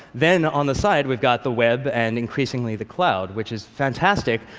then, on the side, we've got the web and, increasingly, the cloud, which is fantastic,